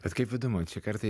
bet kaip įdomu čia kartais